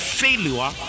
failure